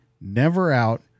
never-out